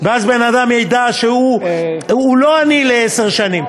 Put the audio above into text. ואז בן-אדם ידע שהוא לא עני לעשר שנים.